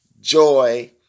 joy